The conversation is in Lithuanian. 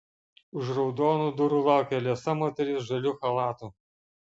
už raudonų durų laukia liesa moteris žaliu chalatu